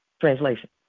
translation